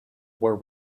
were